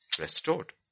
restored